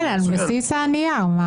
כן, על בסיס הנייר.